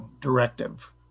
directive